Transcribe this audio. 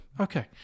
Okay